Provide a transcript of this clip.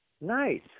Nice